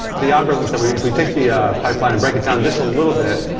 the algorithms that we if we take the ah pipeline and break it down just a little bit,